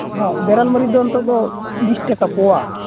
ᱦᱮᱸ ᱵᱮᱨᱮᱞ ᱢᱟᱹᱨᱤᱪ ᱫᱚ ᱱᱤᱛᱚᱜ ᱫᱚ ᱛᱤᱨᱤᱥᱴᱟᱠᱟ ᱯᱳᱣᱟ